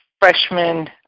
freshman